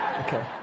Okay